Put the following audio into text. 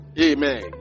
Amen